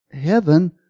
heaven